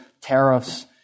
tariffs